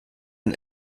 ein